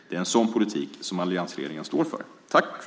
Det är en sådan politik som alliansregeringen står för.